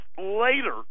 later